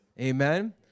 Amen